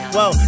Whoa